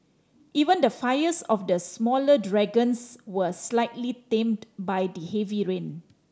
even the fires of the smaller dragons were slightly tamed by the heavy rain